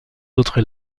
autres